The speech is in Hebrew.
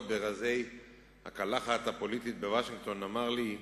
ברזי הקלחת הפוליטית בוושינגטון אמר לי: